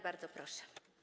Bardzo proszę.